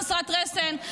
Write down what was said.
חסרת רסן,